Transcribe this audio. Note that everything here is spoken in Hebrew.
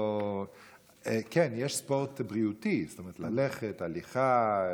ספורט בריאותי, ללכת, הליכה.